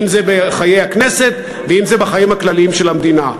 אם זה בחיי הכנסת ואם זה בחיים הכלליים של המדינה.